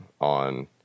on